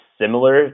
similar